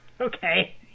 Okay